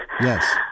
Yes